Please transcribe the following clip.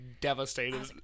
devastated